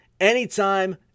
anytime